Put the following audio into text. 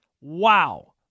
Wow